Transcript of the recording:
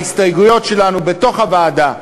בהסתייגויות שלנו בוועדה,